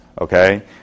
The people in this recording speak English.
Okay